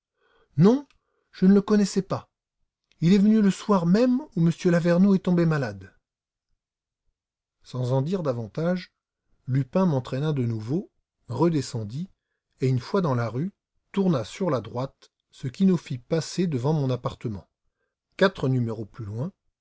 non je ne le connaissais pas il est venu le soir même où m lavernoux est tombé malade sans en dire davantage lupin m'entraîna de nouveau redescendit et une fois dans la rue tourna sur la droite ce qui nous fit passer devant mon appartement quatre numéros plus loin